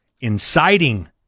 inciting